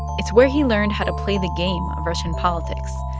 it's where he learned how to play the game of russian politics,